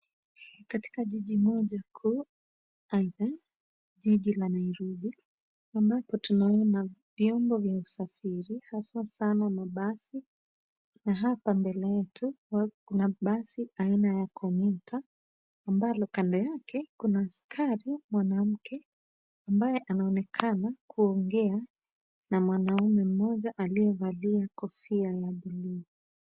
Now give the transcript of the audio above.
Katika jiji moja kuu, aidha, jiji la Nairobi, ambapo tunaona vyombo vya usafiri haswa sana mabasi, na hapa mbele yetu kuna basi aina ya commuter , ambalo kando yake kuna askari mwanamke, ambaye anaonekana kuongea na mwanaume mmoja aliyevalia kofia ya bluu.